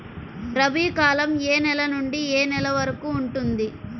రబీ కాలం ఏ నెల నుండి ఏ నెల వరకు ఉంటుంది?